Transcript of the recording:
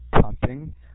pumping